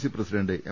C president M